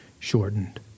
shortened